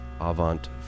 avant